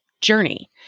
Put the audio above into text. journey